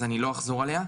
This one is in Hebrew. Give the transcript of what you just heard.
אז אני לא אחזור עליה.